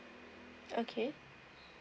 okay